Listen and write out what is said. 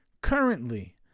currently